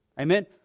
Amen